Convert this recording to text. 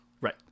Right